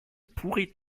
pourrait